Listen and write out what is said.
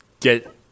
Get